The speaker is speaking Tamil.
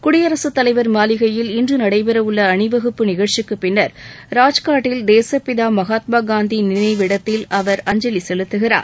குடியரசுத் தலைவர் மாளிகையில் இன்று நடைபெறவுள்ள அணிவகுப்பு நிகழ்ச்சிக்குப் பின்னர் ராஜ்காட்டில் தேசப்பிதா மகாத்மாகாந்தி நினைவிடத்தில் அவர் அஞ்சலி செலுத்துகிறார்